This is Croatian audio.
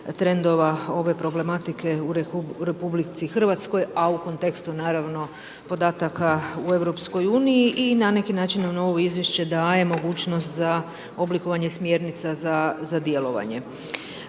trendova ove problematike u RH a u kontekstu naravno podataka u EU-u i na neki način novo izvješće daje mogućnost za oblikovanje smjernica za djelovanje